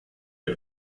est